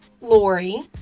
Lori